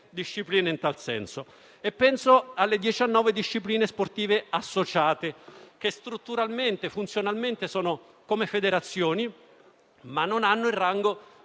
Penso alle 19 discipline sportive associate, che strutturalmente e funzionalmente sono come federazioni, ma non hanno tale rango. Questo